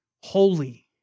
holy